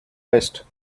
best